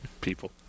People